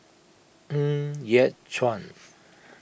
Ng Yat Chuan